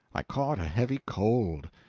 i caught a heavy cold,